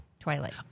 Twilight